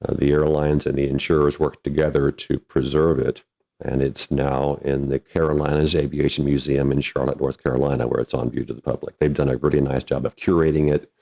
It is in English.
ah the airlines and the insurers worked together to preserve it and it's now in the carolinas aviation museum in charlotte, north carolina, where it's on view to the public, they've done a pretty nice job of curating it,